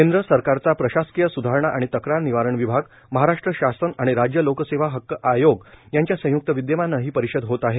केंद्र सरकारचा प्रशासकीय सुधारणा आणि तक्रार निवारण विभाग महाराष्ट्र शासन आणि राज्य लोकसेवा हक्क आयोग यांच्या संयुक्त विद्यमाने ही परिषद होत आहे